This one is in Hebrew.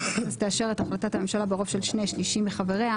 ועדת הכנסת תאשר את החלטת הממשלה ברוב של שני שלישים מחבריה,